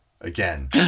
again